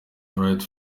wright